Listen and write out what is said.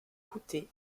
coûté